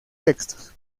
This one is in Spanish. textos